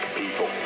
people